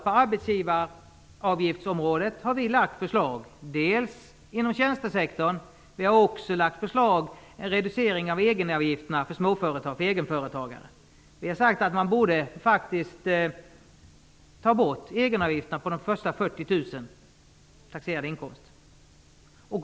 På arbetsgivaravgiftsområdet har vi lagt förslag inom tjänstesektorn och förslag om en reducering av egenavgifterna för egenföretagare. Vi har sagt att man borde ta bort egenavgifterna på de första 40 000 kronorna i taxerad inkomst.